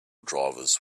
drivers